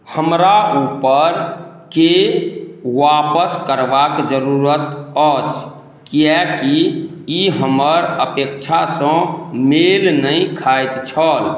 हमरा ऊपरके आपस करबाक जरूरत अछि किएकि ई हमर अपेक्षासँ मेल नहि खाइत छल